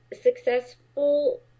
successful